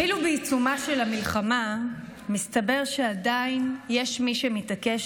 אפילו בעיצומה של המלחמה מסתבר שעדיין יש מי שמתעקש